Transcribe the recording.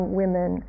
women